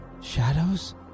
Shadows